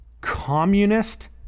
communist